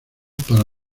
para